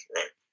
right